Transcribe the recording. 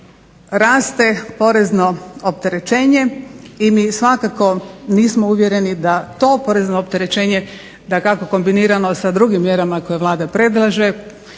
raste porezno opterećenje i mi svakako nismo uvjereni da to porezno opterećenje, dakako kombinirano sa drugim mjerama koje Vlada predlaže,